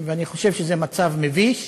ואני חושב שזה מצב מביש,